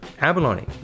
abalone